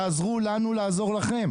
תעזרו לנו לעזור לכם.